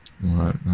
Right